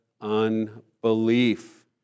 unbelief